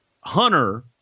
Hunter